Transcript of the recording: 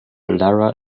lara